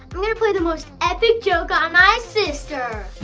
i'm gonna play the most epic joke on my sister.